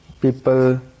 people